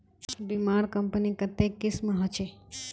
बीमार कंपनी कत्ते किस्म होछे